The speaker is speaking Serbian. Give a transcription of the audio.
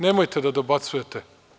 Nemojte da dobacujete.